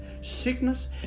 sickness